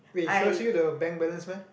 wait it shows you the bank balance meh